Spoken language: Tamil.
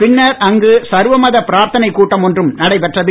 பின்னர் அங்கு சர்வமத பிராத்தனை கூட்டம் ஒன்றும் நடைபெற்றது